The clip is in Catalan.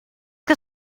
que